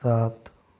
सात